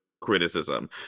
criticism